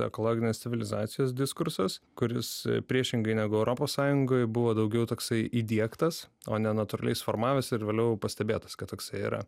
ekologinės civilizacijos diskursas kuris priešingai negu europos sąjungoj buvo daugiau toksai įdiegtas o ne natūraliai suformavęs ir vėliau pastebėtas kad toksai yra